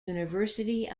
university